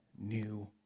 new